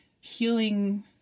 healing